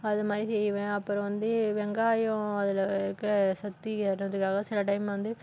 அது மாதிரி செய்வேன் அப்புறம் வந்து வெங்காயம் அதில் இருக்கிற சத்து ஏறணுன்றதுக்காக சில டைம் வந்து